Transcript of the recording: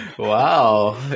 Wow